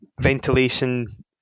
ventilation